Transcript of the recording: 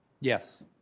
Yes